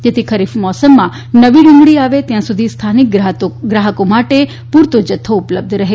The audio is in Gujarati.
જેથી ખરીફ મોસમમાં નવી ડુંગળી આવે ત્યાં સુધી સ્થાનિક ગ્રાહકો માટે પૂરતો જથ્થો ઉપલબ્ધ રહે